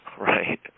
Right